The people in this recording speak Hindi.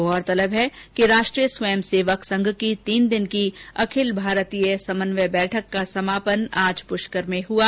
गौरतलब है कि राष्ट्रीय स्वंय सेवक संघ की तीन दिवसीय अखिल भारतीय समन्वय बैठक का समापन पुष्कर में हुआ